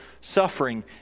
suffering